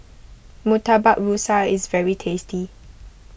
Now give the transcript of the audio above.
Murtabak Rusa is very tasty